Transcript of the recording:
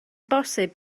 bosib